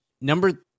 number